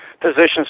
positions